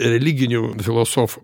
religinių filosofų